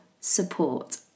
support